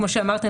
כמו שאמרת,